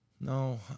No